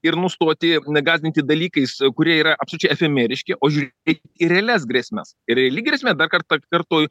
ir nustoti negąsdinti dalykais kurie yra absoliučiai efemeriški o žiūrėti į realias grėsmes ir reali grėsmė dar kartą kartoju